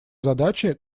задачи